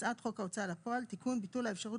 הצעת חוק ההוצאה לפועל (תיקון - ביטול האפשרות